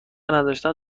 نداشتن